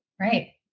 Right